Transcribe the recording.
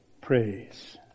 praise